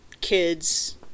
kids